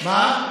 מה?